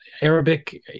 Arabic